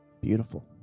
Beautiful